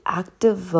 active